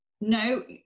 no